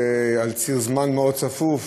על ציר זמן מאוד צפוף,